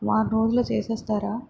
నాలుగు రోజుల్లో చేసేస్తారా